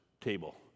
table